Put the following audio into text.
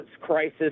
crisis